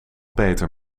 beter